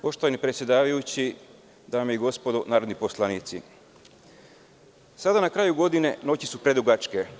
Poštovani predsedavajući, dame i gospodo narodni poslanici, sada na kraju godine noći su predugačke.